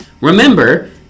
remember